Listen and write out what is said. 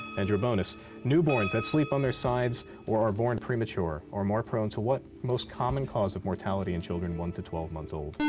and your bonus newborns that sleep on their sides or are born premature are more prone to what most common cause of mortality in children one to twelve months old?